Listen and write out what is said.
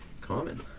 common